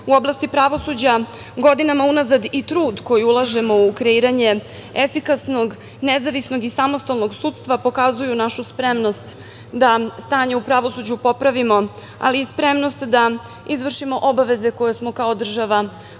u oblasti pravosuđa godinama unazad i trud koji ulažemo u kreiranje efikasnog, nezavisnog i samostalnog sudstva, pokazuju našu spremnost da stanje u pravosuđu popravimo, ali i spremnost da izvršimo obaveze koje smo kao država preuzeli